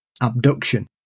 abduction